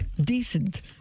decent